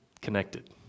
connected